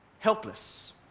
Helpless